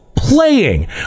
Playing